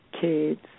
kids